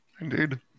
Indeed